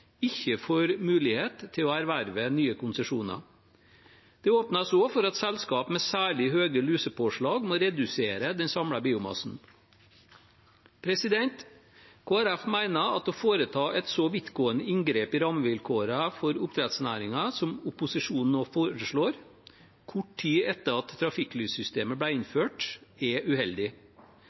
ikke får mulighet til å erverve nye konsesjoner. Det åpnes også for at selskaper med særlig høye lusepåslag må redusere den samlede biomassen. Kristelig Folkeparti mener at å foreta et så vidtgående inngrep i rammevilkårene for oppdrettsnæringen som opposisjonen nå foreslår, kort tid etter at trafikklyssystemet ble innført, er uheldig.